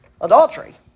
adultery